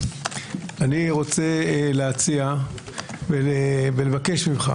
אני רוצה להציע ולבקש ממך,